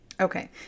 Okay